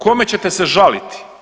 Kome ćete se žaliti?